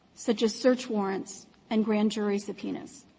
such as search warrants and grand jury subpoenas.